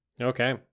Okay